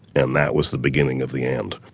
and that was the beginning of the end.